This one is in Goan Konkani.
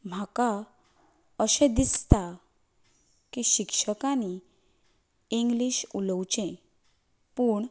म्हाका अशें दिसता की शिक्षकांनी इंग्लीश उलोवचें पूण